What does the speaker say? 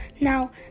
now